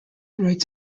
writes